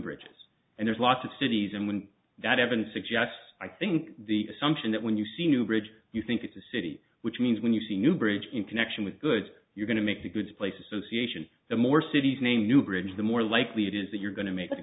bridges and there's lots of cities and when that evidence suggests i think the assumption that when you see new bridge you think it's a city which means when you see new bridge in connection with good you're going to make the goods place association the more cities name new bridge the more likely it is that you're going to make